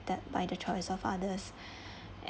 by the choice of others